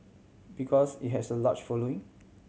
because it has a large following